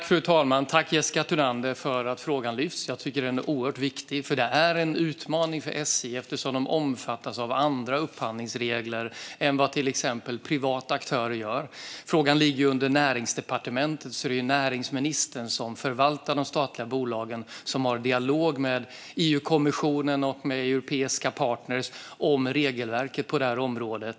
Fru talman! Tack, Jessica Thunander, för att frågan lyfts. Jag tycker att den är oerhört viktig. Det är en utmaning för SJ eftersom man omfattas av andra upphandlingsregler än vad exempelvis privata aktörer gör. Frågan ligger under Näringsdepartementet, så det är näringsministern, som förvaltar de statliga bolagen, som har en dialog med EU-kommissionen och europeiska partner om regelverket på området.